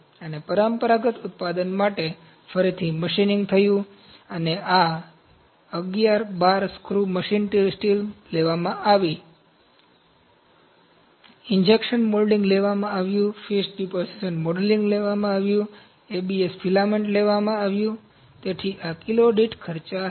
અને પરંપરાગત ઉત્પાદન માટે ફરીથી મશીનિંગ થયું અને આ 1112 સ્ક્રુ મશીન્સ સ્ટીલ લેવામાં આવી ઇન્જેક્શન મોલ્ડિંગ લેવામાં આવ્યું fused deposition modelling ABS filament લેવામાં આવ્યું તેથી આ કિલો દીઠ ખર્ચ હતા